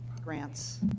grants